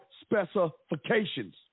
specifications